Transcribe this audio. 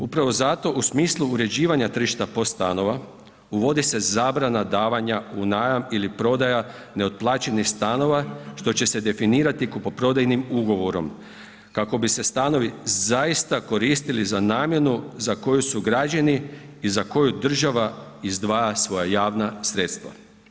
Upravo zato u smislu uređivanja tržišta POS stanova uvodi se zabrana davanja u najam ili prodaja neotplaćenih stanova što će se definirati kupoprodajnim ugovorom kako bi se stanovi zaista koristili za namjenu za koju su građeni i za koju država izdvaja svoja javna sredstva.